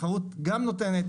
התחרות גם נותנת